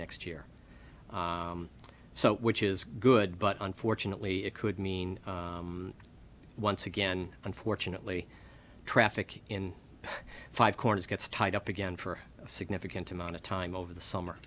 next year so which is good but unfortunately it could mean once again unfortunately traffic in five corners gets tied up again for a significant amount of time over the summer